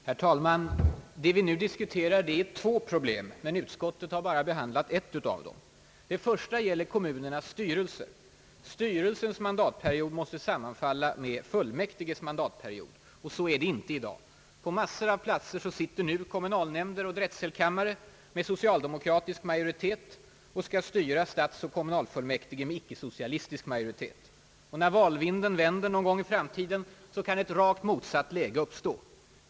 Herr talman! Det vi nu diskuterar är två problem, men utskottet har bara behandlat ett av dem. Det första gäller kommunernas styrelser. Styrelsens mandatperiod måste sammanfalla med fullmäktiges mandatperiod. Men så är det inte i dag — på massor av platser sitter nu kommunalnämnder och drätselkammare med socialdemokratisk majoritet och skall styra stadsoch kommunalfullmäktige med icke-socialistisk majoritet. Och när valvinden vänder någon gång i framtiden kan ett rakt motsatt läge uppstå.